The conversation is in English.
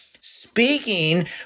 speaking